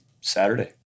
Saturday